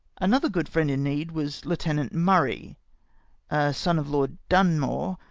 another good friend in need was lieutenant murray, a son of lord dunmore,